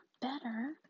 better